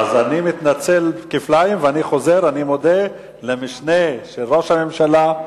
אז אני מתנצל כפליים ואני חוזר: אני מודה למשנה לראש הממשלה,